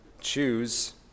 choose